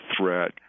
threat